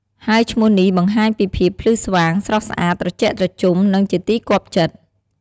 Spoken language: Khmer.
ហើយឈ្មោះនេះបង្ហាញពីភាពភ្លឺស្វាង ស្រស់ស្អាត ត្រជាក់ត្រជុំ និងជាទីគាប់ចិត្ត។